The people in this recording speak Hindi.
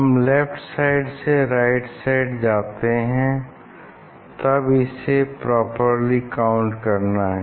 हम लेफ्ट साइड से राइट साइड जाते हैं तब इन्हे प्रॉपर्ली काउंट करना है